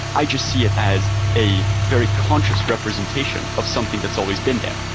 i just see it as a very conscious representation of something that's always been there.